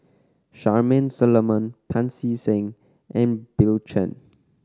Charmaine Solomon Pancy Seng and Bill Chen